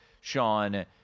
Sean